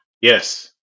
Yes